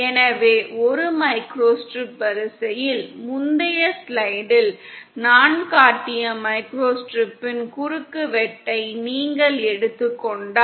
எனவே ஒரு மைக்ரோஸ்ட்ரிப் வரிசையில் முந்தைய ஸ்லைடில் நான் காட்டிய மைக்ரோஸ்டிரிப்பின் குறுக்குவெட்டை நீங்கள் எடுத்துக் கொண்டால்